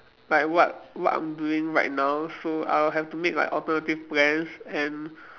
like what what I'm doing right now so I'll have to make like alternative plans and